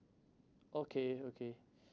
okay okay